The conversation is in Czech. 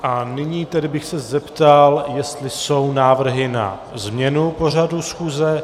A nyní tedy bych se zeptal, jestli jsou návrhy na změnu pořadu schůze.